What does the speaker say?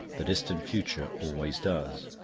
the distant future always does.